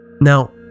Now